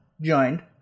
joined